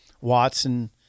Watson